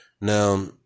Now